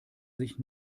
sich